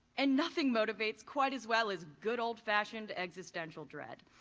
and nothing motivates quite as well as good old-fashioned existential dread.